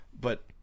But-